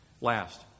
Last